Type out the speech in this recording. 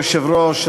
אדוני היושב-ראש,